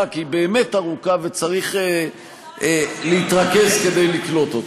כי היא באמת ארוכה וצריך להתרכז כדי לקלוט אותה.